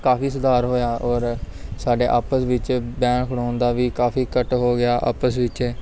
ਕਾਫੀ ਸੁਧਾਰ ਹੋਇਆ ਔਰ ਸਾਡੇ ਆਪਸ ਵਿੱਚ ਬਹਿਣ ਖਲੋਣ ਦਾ ਵੀ ਕਾਫੀ ਘੱਟ ਹੋ ਗਿਆ ਆਪਸ ਵਿੱਚ